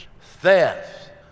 theft